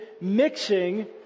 mixing